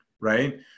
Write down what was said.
right